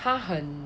他很